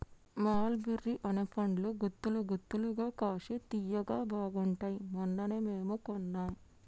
మల్ బెర్రీ అనే పండ్లు గుత్తులు గుత్తులుగా కాశి తియ్యగా బాగుంటాయ్ మొన్ననే మేము కొన్నాం